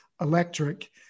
electric